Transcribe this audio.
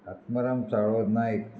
Atmaram Savlo Naik